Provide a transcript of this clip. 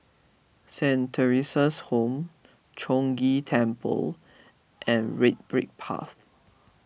Saint theresa's Home Chong Ghee Temple and Red Brick Path